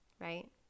right